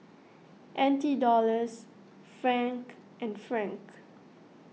N T Dollars Franc and Franc